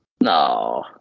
No